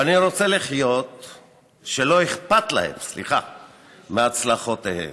שלא אכפת להם מהצלחותיהם,